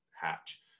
hatch